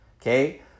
Okay